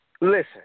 Listen